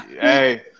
Hey